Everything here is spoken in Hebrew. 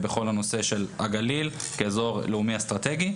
בכל הנושא של הגליל כאזור לאומי אסטרטגי,